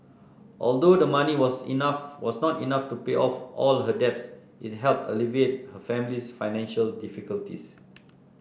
although the money was enough was not enough to pay off all her debts it helped alleviate her family's financial difficulties